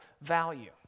value